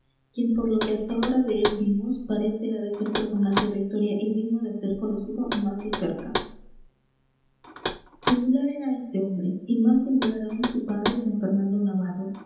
quien por lo que hasta ahora de él vimos parece ha de ser personaje de historia y digno de ser conocido más de cerca singular era este hombre y más singular aún su padre d fernando navarro